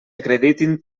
acreditin